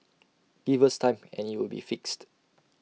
give us time and IT will be fixed